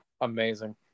Amazing